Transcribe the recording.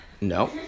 No